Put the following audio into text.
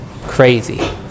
crazy